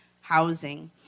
housing